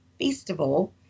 festival